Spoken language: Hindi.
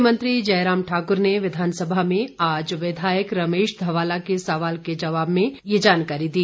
मुख्यमंत्री जयराम ठाक्र ने विधानसभा में आज विधायक रमेश धवाला के सवाल के जवाब में यह जानकारी दी